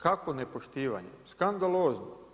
Kakvo ne poštivanje, skandalozno.